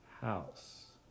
house